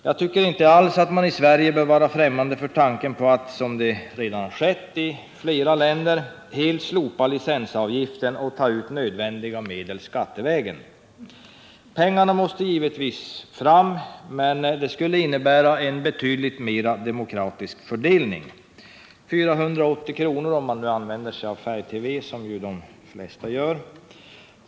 Jag tycker inte alls att man i Sverige bör vara främmande för tanken att, som redan skett i flera länder, helt slopa licensavgiften och ta ut nödvändiga medel skattevägen. Pengarna måste givetvis fram, men det skulle innebära en betydligt mer demokratisk fördelning. 480 kr. kostar licensen för färg-TV, som de flesta använder sig av.